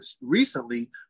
recently